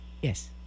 Yes